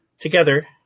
together